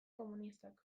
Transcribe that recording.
komunistak